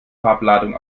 farbladung